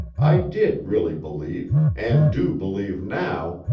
i did really believe, and do believe now,